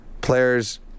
players